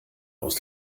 aus